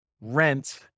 rent